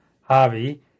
Harvey